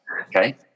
Okay